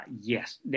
Yes